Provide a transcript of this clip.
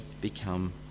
become